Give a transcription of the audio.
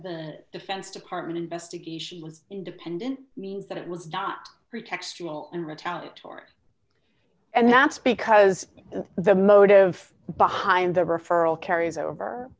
the defense department investigation was independent means that it was not pretextual and retaliatory and that's because of the motive behind the referral carries over